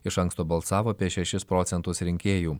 iš anksto balsavo apie šešis procentus rinkėjų